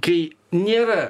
kai nėra